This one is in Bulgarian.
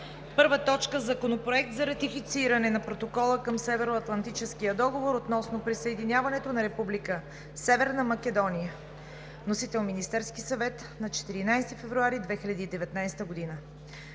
2019 г.: „1. Законопроект за ратифициране на Протокола към Северноатлантическия договор относно присъединяването на Република Северна Македония. Вносител е Министерският съвет на 14 февруари 2019 г.